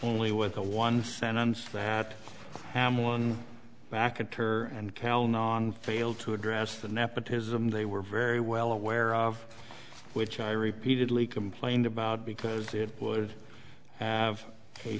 only with a one sentence that i am one back at her and held on failed to address the nepotism they were very well aware of which i repeatedly complained about because it would have a